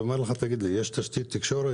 הוא אומר לך: יש תשתית תקשורת?